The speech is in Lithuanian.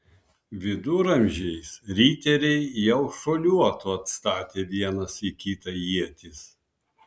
viduramžiais riteriai jau šuoliuotų atstatę vienas į kitą ietis